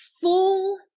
full